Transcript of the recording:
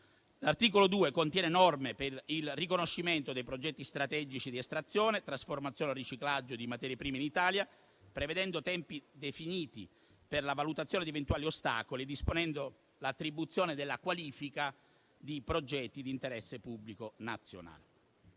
L'articolo 2 contiene norme per il riconoscimento dei progetti strategici di estrazione, trasformazione e riciclaggio di materie prime in Italia, prevedendo tempi definiti per la valutazione di eventuali ostacoli e disponendo l'attribuzione della qualifica di progetti di interesse pubblico nazionale.